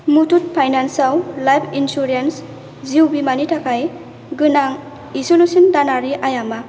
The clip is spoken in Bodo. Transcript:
मुथुट फाइनान्स आव लाइफ इन्सुरेन्स जिउ बीमानि थाखाय गोनां इसेल'सिन दानारि आइया मा